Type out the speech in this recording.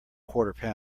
quarter